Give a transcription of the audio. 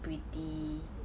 pretty